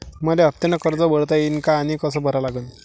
मले हफ्त्यानं कर्ज भरता येईन का आनी कस भरा लागन?